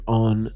on